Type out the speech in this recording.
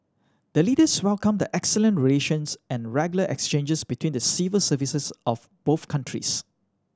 the Leaders welcomed the excellent relations and regular exchanges between the civil services of both countries